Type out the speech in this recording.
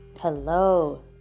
Hello